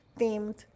themed